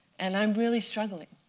and i'm really struggling.